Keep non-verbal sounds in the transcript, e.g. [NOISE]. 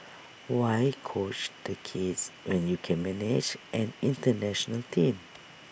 why coach the kids when you can manage an International team [NOISE]